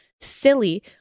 silly